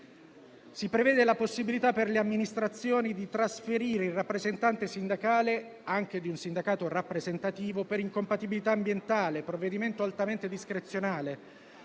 Si prevede la possibilità per le amministrazioni di trasferire il rappresentante sindacale, anche di un sindacato rappresentativo, per incompatibilità ambientale: si tratta di un provvedimento altamente discrezionale.